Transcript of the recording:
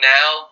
now